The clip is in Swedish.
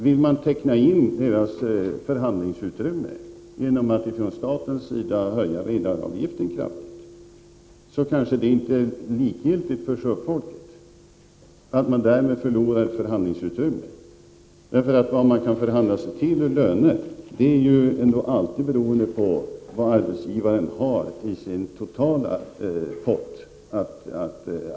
Vill man inteckna deras förhandlingsutrymme genom att från statens sida höja redaravgiften kraftigt, så kanske det inte är likgiltigt för sjöfolket att man därmed förlorar ett löneutrymme. Det löneutrymme man förhandlar sig till är ju alltid beroende av vad arbetsgivaren har i sin totala pott.